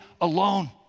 alone